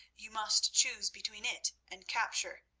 you must choose between it and capture,